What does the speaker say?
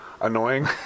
annoying